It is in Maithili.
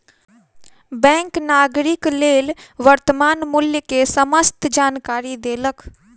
बैंक नागरिक के वर्त्तमान मूल्य के समस्त जानकारी देलक